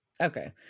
Okay